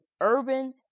urban